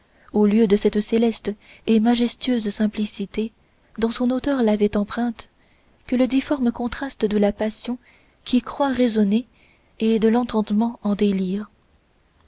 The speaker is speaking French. au lieu de cette céleste et majestueuse simplicité dont son auteur l'avait empreinte que le difforme contraste de la passion qui croit raisonner et de l'entendement en délire